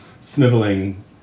sniveling